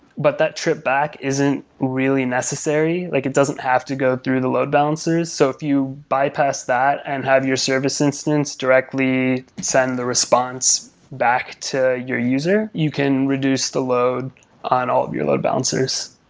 but that trip back isn't really necessary. like it doesn't have to go through the load balancers. so if you bypass that and have your service instance directly send the response back to your user, you can reduce the load on all of your load balancers.